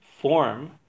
Form